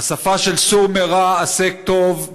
השפה של "סור מרע ועשה טוב,